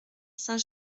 saint